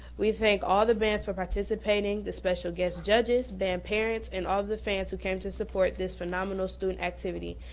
we thank all the bands for participating, the special guest judges, band parents, and all the fans who came to support this phenomenal student activity.